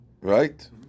Right